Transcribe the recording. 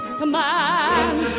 command